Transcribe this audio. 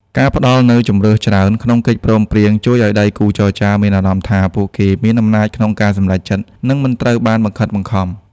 ការផ្តល់នូវ "ជម្រើសច្រើន" ក្នុងកិច្ចព្រមព្រៀង ជួយឱ្យដៃគូចរចាមានអារម្មណ៍ថាពួកគេមានអំណាចក្នុងការសម្រេចចិត្ត និងមិនត្រូវបានបង្ខិតបង្ខំ។